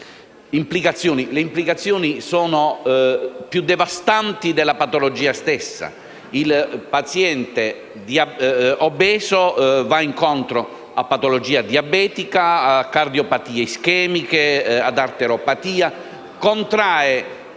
Le implicazioni sono più devastanti della patologia stessa. Il paziente obeso va incontro a patologia diabetica, a cardiopatie ischemiche, ad arteriopatia e contrae